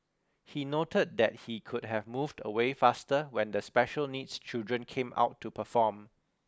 he noted that he could have moved away faster when the special needs children came out to perform